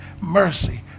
mercy